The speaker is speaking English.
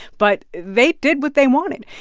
but they did what they wanted.